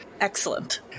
Excellent